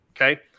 Okay